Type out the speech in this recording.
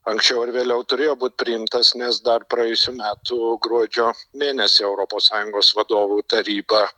anksčiau ar vėliau turėjo būt priimtas nes dar praėjusių metų gruodžio mėnesį europos sąjungos vadovų taryba